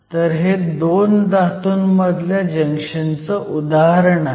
तर हे 2 धातूंमधल्या जंक्शनचं उदाहरण आहे